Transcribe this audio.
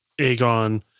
Aegon